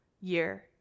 year